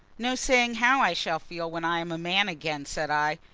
no saying how i shall feel when i am a man again, said i.